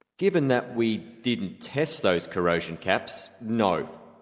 given that we didn't test those corrosion caps, no.